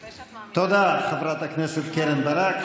תודה, חברת הכנסת קרן ברק.